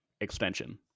extension